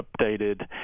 updated